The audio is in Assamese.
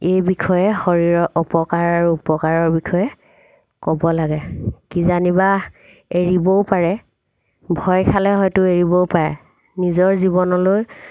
এই বিষয়ে শৰীৰৰ অপকাৰ আৰু উপকাৰৰ বিষয়ে ক'ব লাগে কিজানি বা এৰিবও পাৰে ভয় খালে হয়তো এৰিবও পাৰে নিজৰ জীৱনলৈ